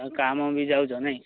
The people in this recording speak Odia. ଆଉ କାମ ବି ଯାଉଛ ନାଇଁ